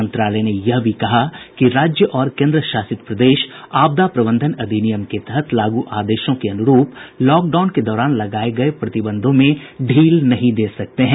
मंत्रालय ने यह भी कहा कि राज्य और केन्द्र शासित प्रदेश आपदा प्रबंधन अधिनियम के तहत लागू आदेशों के अनुरूप लॉकडाउन के दौरान लगाए गए प्रतिबंधों में ढील नहीं दे सकते हैं